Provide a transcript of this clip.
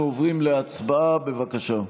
אנחנו עוברים להצבעה, בבקשה.